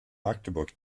magdeburg